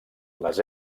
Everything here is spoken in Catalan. les